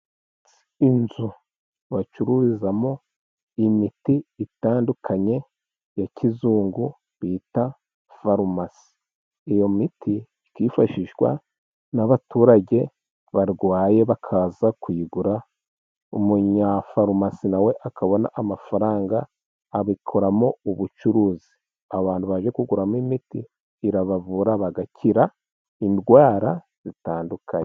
Inzu bacururizamo imiti itandukanye ya kizungu bita farumasi, iyo miti ikifashishwa n'abaturage barwaye bakaza kuyigura. Umunyafarumasi nawe akabona amafaranga abikoramo ubucuruzi ,abantu baje kuguramo imiti irabavura bagakira indwara zitandukanye.